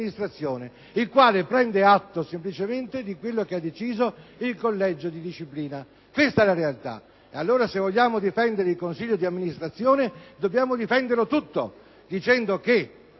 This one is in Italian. il quale prende atto semplicemente di quello che ha deciso il collegio di disciplina. Questa è la realtà. Allora, se vogliamo difendere il consiglio d'amministrazione, dobbiamo difenderlo tutto, dicendo che